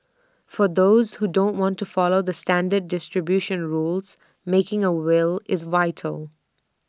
for those who don't want to follow the standard distribution rules making A will is vital